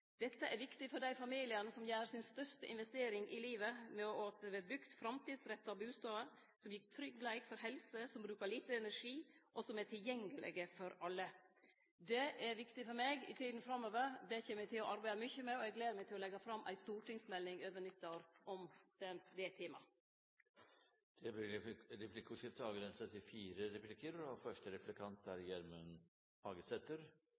er viktig for dei familiane som gjer si største investering i livet, at det vert bygd framtidsretta bustader som gir tryggleik for helse, som brukar lite energi, og som er tilgjengelege for alle. Det er viktig for meg i tida framover, og det kjem eg til å arbeide mykje med. Eg gler meg til å leggje fram ei stortingsmelding over nyttår om det temaet. Det blir replikkordskifte. Kommune-Noreg har som kjent hatt ein veldig sterk befolkningsvekst den siste tida. Befolkningsveksten no er